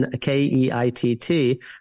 K-E-I-T-T